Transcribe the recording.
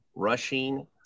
Rushing